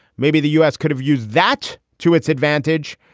maybe the u s. could have used that to its advantage.